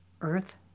Earth